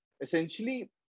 essentially